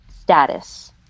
status